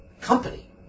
company